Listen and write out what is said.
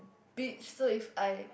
beach so if I